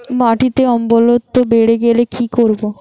মাটিতে অম্লত্ব বেড়েগেলে কি করব?